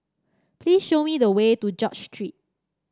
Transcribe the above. please show me the way to George Street